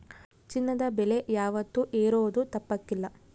ಚಿನ್ನದ ಬೆಲೆ ಯಾವಾತ್ತೂ ಏರೋದು ತಪ್ಪಕಲ್ಲ